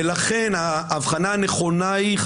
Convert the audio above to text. ולכן ההבחנה הנכונה בעיניי האפשרית,